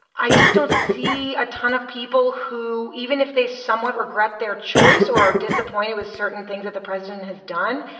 i just don't see a ton of people who, even if they somewhat regret their choice or are disappointed with certain things that the president has done.